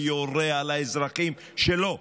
שיורה על האזרחים שלו.